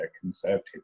Conservative